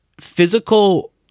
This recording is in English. physical